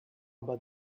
about